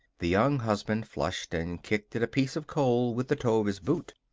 the young husband flushed and kicked at a piece of coal with the toe of his boot.